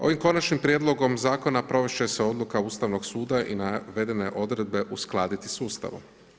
Ovim konačnim prijedlogom zakona provest će se odluka Ustavnog suda i navedene odredbe uskladiti s Ustavom.